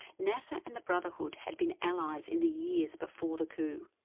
nasser and the brotherhood had been allies in the years before the coup,